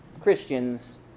Christians